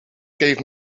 gave